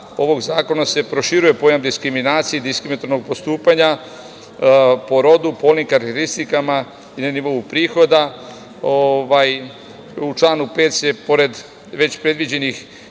ovog zakona se proširuje pojam diskriminacije i diskrimitornog postupanja po rodu po onim karakteristikama i na nivou prihoda. U članu 5. se pored već predviđenih